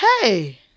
hey